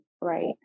right